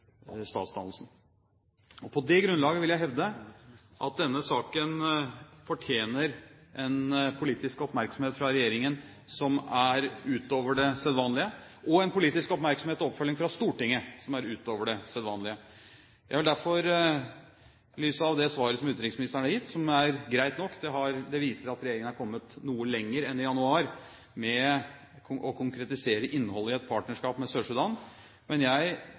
statsdannelsen. På det grunnlaget vil jeg hevde at denne saken fortjener en politisk oppmerksomhet fra regjeringen som er utover det sedvanlige, og en politisk oppmerksomhet og oppfølging fra Stortinget som er utover det sedvanlige. I lys av det svaret som utenriksministeren har gitt – som er greit nok – viser det seg at regjeringen har kommet noe lenger enn i januar med å konkretisere innholdet i et partnerskap med Sør-Sudan. Men jeg